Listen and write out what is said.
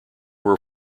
were